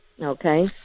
okay